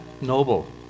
noble